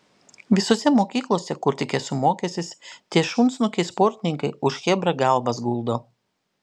visose mokyklose kur tik esu mokęsis tie šunsnukiai sportininkai už chebrą galvas guldo